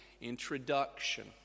introduction